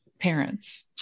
Parents